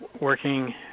working